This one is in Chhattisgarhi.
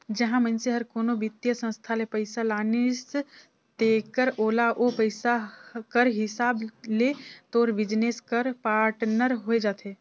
जहां मइनसे हर कोनो बित्तीय संस्था ले पइसा लानिस तेकर ओला ओ पइसा कर हिसाब ले तोर बिजनेस कर पाटनर होए जाथे